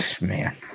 Man